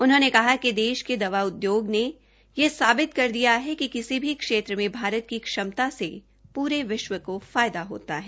उन्होंने कहा कि देश के दवा उद्योग ने यह साबित कर दिया है कि किसी भी क्षेत्र में भारत की श्रमता से पूरे विश्व को फायदा होता है